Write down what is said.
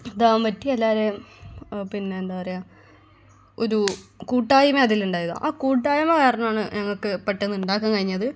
ഇതാവാൻ പറ്റി എല്ലാവരേയും പിന്നെയെന്താ പറയുക ഒരു കൂട്ടായ്മ അതിലുണ്ടായിരുന്നു ആ കൂട്ടായ്മ കാരണമാണ് ഞങ്ങൾക്ക് പെട്ടെന്ന് ഉണ്ടാക്കാൻ കഴിഞ്ഞത്